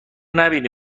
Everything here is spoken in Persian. نبینی